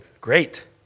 great